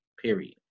period